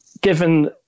given